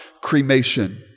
cremation